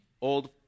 old